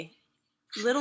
little